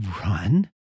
run